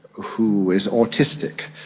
who is autistic,